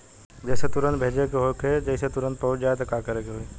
जदि तुरन्त भेजे के होखे जैसे तुरंत पहुँच जाए त का करे के होई?